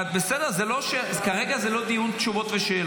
אולי נקבל תשובה.